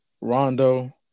Rondo